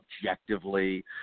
objectively